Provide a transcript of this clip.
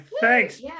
thanks